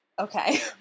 Okay